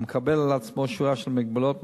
המקבל על עצמו שורה של מגבלות,